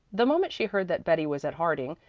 the moment she heard that betty was at harding,